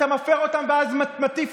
אתה מפר אותן ואז מטיף